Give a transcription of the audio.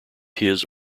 his